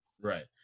Right